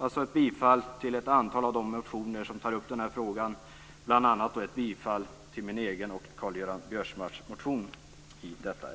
dvs. bifall till ett antal av de motioner som tar upp den här frågan, bl.a. min egen och